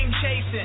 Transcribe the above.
chasing